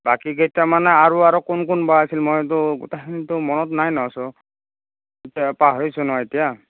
বাকীকেইটা মানে আৰু আৰু কোন কোনবা আছে মইতো গোটেইখিনিটো মনত নাই নহয় চব এতিয়া পাহৰিছোঁ নহয় এতিয়া